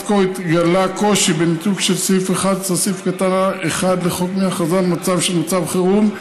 עד כה התגלה קושי בניתוק של סעיף 11(1) לחוק מההכרזה על מצב חירום,